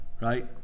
right